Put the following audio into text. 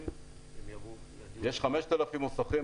יש 5,000 מוסכים,